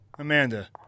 Amanda